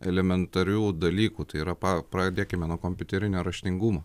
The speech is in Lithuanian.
elementarių dalykų tai yra pradėkime nuo kompiuterinio raštingumo